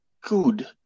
good